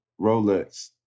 Rolex